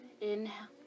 Inhale